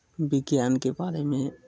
विज्ञानके बारेमे